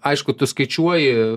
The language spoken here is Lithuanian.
aišku tu skaičiuoji